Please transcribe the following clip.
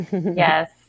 Yes